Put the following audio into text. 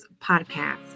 podcast